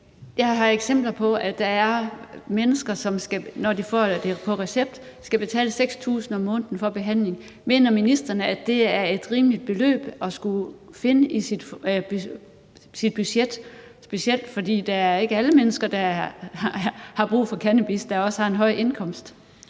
Jeg har eksempler på, at der er mennesker, som, når de får det på recept, skal betale 6.000 kr. om måneden for behandlingen. Mener ministeren, at det er et rimeligt beløb at skulle finde i ens budget? De mennesker, der har brug for cannabis, er jo ikke alle sammen